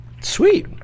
Sweet